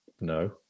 No